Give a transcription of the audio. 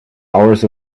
hours